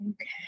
okay